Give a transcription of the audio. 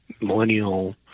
millennial